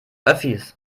öffis